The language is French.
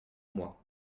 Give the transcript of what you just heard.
moi